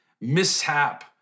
mishap